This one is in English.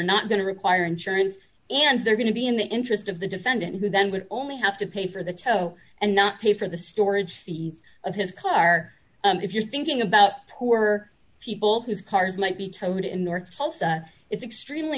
not going to require insurance and they're going to be in the interest of the defendant who then would only have to pay for the tow and not pay for the storage fees of his car if you're thinking about poor people whose cars might be towed in north tulsa it's extremely